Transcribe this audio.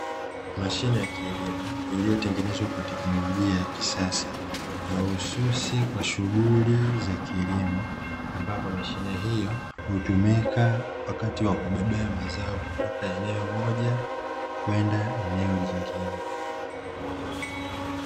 Mashine ya kilimo iliyotengenezwa kwa teknolojia ya kisasa, mahususi kwa shughuli za kilimo, ambapo mashine hiyo hutumika wakati wa kubebea mazao kutoka sehemu moja kwenda eneo jingine.